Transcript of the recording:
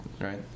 right